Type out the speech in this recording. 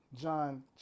John